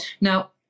Now